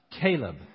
Caleb